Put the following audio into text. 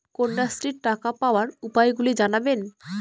কন্যাশ্রীর টাকা পাওয়ার উপায়গুলি জানাবেন?